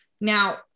Now